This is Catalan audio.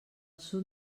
sud